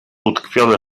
utkwione